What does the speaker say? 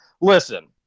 listen